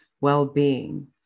well-being